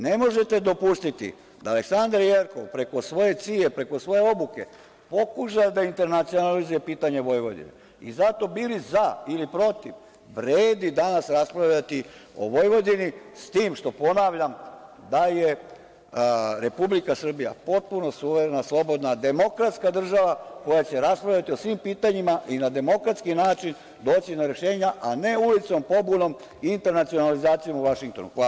Ne možete dopustiti da Aleksandra Jerkov, preko svoje CIA-e, preko svoje obuke, pokuša da internacionalizuje pitanje Vojvodine i zato bili za ili protiv, vredi danas raspravljati o Vojvodini, s tim što ponavljam, da je Republika Srbija potpuno suverena, slobodna, demokratska država, koja će raspravljati o svim pitanjima i na demokratski način doći na rešenja, a ne ulicom, pobunom, internacionalizacijom u Vašingtonu.